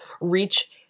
reach